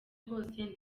kose